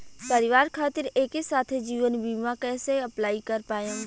परिवार खातिर एके साथे जीवन बीमा कैसे अप्लाई कर पाएम?